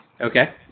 Okay